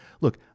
Look